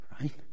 Right